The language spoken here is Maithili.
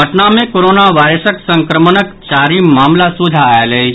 पटना मे कोरोना वायरसक संक्रमणक चारिम मामिला सोझा आयल अछि